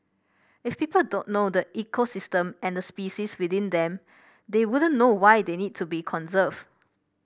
if people don't know the ecosystem and the species within them they wouldn't know why they need to be conserved